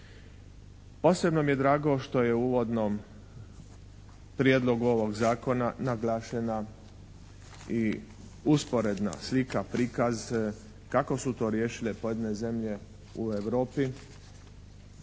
Posebno mi je drago što je u uvodnom prijedlogu ovog zakona naglašena i usporedna slika, prikaz, kako su to riješile pojedine zemlje u Europi